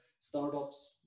startups